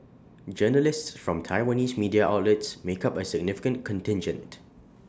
journalists from Taiwanese media outlets make up A significant contingent